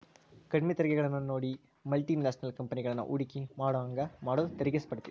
ಕಡ್ಮಿ ತೆರಿಗೆಗಳನ್ನ ನೇಡಿ ಮಲ್ಟಿ ನ್ಯಾಷನಲ್ ಕಂಪೆನಿಗಳನ್ನ ಹೂಡಕಿ ಮಾಡೋಂಗ ಮಾಡುದ ತೆರಿಗಿ ಸ್ಪರ್ಧೆ